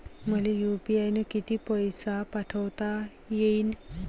मले यू.पी.आय न किती पैसा पाठवता येईन?